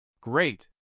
Great